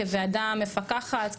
כוועדה המפקחת,